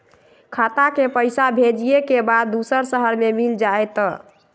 खाता के पईसा भेजेए के बा दुसर शहर में मिल जाए त?